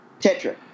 Tetra